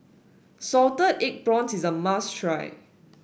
Salted Egg Prawns is a must try